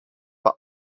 par